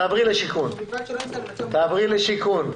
תעברי לשיכון.